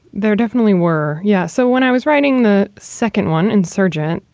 there definitely were. yeah. so when i was writing the second one insurgent,